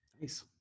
Nice